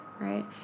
right